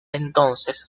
entonces